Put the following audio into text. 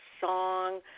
song